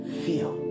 feel